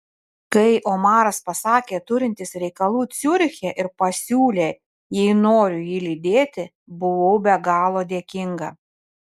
kai omaras pasakė turintis reikalų ciuriche ir pasiūlė jei noriu jį lydėti buvau be galo dėkinga